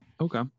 Okay